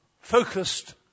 focused